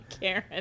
Karen